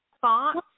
thoughts